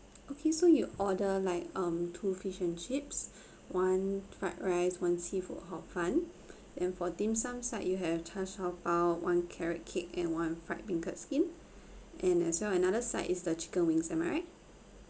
okay so you order like um two fish and chips one fried rice one seafood hor fun and for dim sum side you have char shao bao one carrot cake and one fried beancurd skin and as well another side is the chicken wings am I right